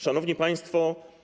Szanowni Państwo!